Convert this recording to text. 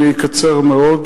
אני אקצר מאוד.